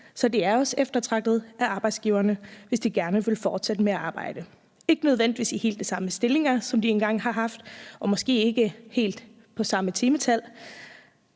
så de er også eftertragtede af arbejdsgiverne, hvis de gerne vil fortsætte med at arbejde – ikke nødvendigvis i helt de samme stillinger, som de engang har haft, og måske ikke helt på samme timetal,